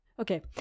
Okay